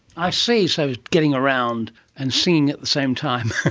i see, so getting around and singing at the same time,